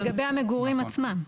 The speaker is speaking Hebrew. לגבי המגורים עצמם.